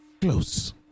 close